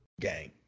Gang